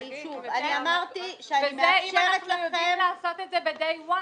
אני אמרתי שאני מאפשרת לכם ---- אנחנו יודעים לעשות את זה ב-day one,